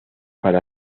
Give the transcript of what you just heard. para